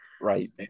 right